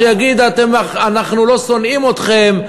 שיגיד: אנחנו לא שונאים אתכם,